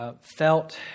felt